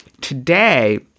Today